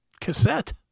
cassette